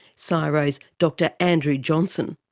so csiro's dr andrew johnson,